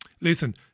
Listen